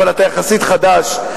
אבל אתה יחסית חדש.